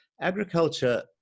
agriculture